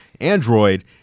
Android